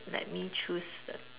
let me choose a